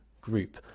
Group